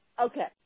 okay